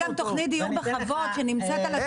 יש גם את תוכנית "דיור בכבוד" שנמצאת על השולחן.